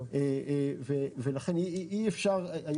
לכן, אי אפשר היום.